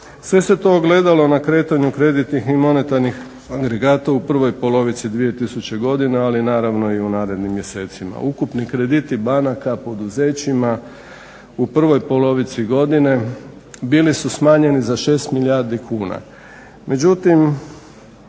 Sve se to ogledalo na kretanju kreditnih i monetarnih agregata u prvoj polovici 2000. godine, ali naravno i u narednim mjesecima. Ukupni krediti banaka poduzećima u prvoj polovici godine bili su smanjeni za 6 milijardi kuna,